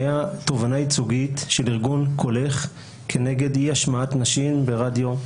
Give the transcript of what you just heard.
הייתה תובענה ייצוגית של ארגון "קולך" כנגד אי השמעת נשים ברדיו.